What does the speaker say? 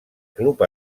club